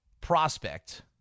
prospect